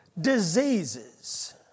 diseases